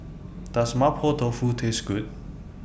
Does Mapo Tofu Taste Good